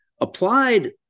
applied